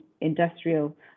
industrial